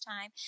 time